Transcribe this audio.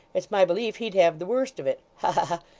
it's my belief he'd have the worst of it. ha ha ha!